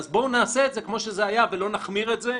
אז בואו נעשה את זה כמו שזה היה ולא נחמיר זאת,